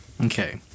okay